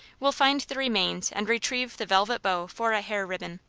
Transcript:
will find the remains and retrieve the velvet bow for a hair-ribbon.